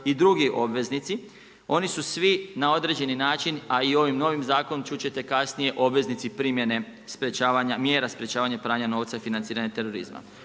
i dr. obveznici. Oni su svi na određeni način a i ovim novi zakonom, čut ćete kasnije, obveznici primjene mjera sprečavanja pranja novca i financiranja terorizma.